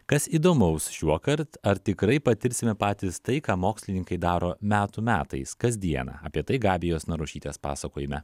kas įdomaus šiuokart ar tikrai patirsime patys tai ką mokslininkai daro metų metais kasdieną apie tai gabijos narušytės pasakojime